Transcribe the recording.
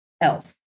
else